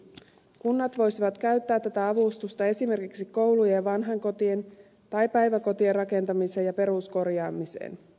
kunnat voisivat käyttää tätä avustusta esimerkiksi koulujen ja vanhainkotien tai päiväkotien rakentamiseen ja peruskorjaamiseen